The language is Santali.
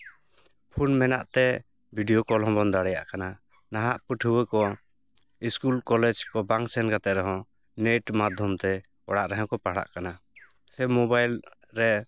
ᱯᱷᱳᱱ ᱢᱮᱱᱟᱜ ᱛᱮ ᱵᱷᱤᱰᱤᱭᱳ ᱠᱚᱞ ᱦᱚᱸᱵᱚᱱ ᱫᱟᱲᱮᱭᱟᱜ ᱠᱟᱱᱟ ᱱᱟᱦᱟᱜ ᱯᱟᱹᱴᱷᱣᱟᱹ ᱠᱚ ᱤᱥᱠᱩᱞ ᱠᱚᱞᱮᱡᱽ ᱠᱚ ᱵᱟᱝ ᱥᱮᱱ ᱠᱟᱛᱮ ᱨᱮᱦᱚᱸ ᱱᱮᱹᱴ ᱢᱟᱫᱽᱫᱷᱚᱢᱛᱮ ᱚᱲᱟᱜ ᱨᱮᱦᱚᱸ ᱠᱚ ᱯᱟᱲᱦᱟᱜ ᱠᱟᱱᱟ ᱥᱮ ᱢᱳᱵᱟᱭᱤᱞ ᱨᱮ